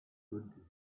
good